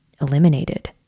eliminated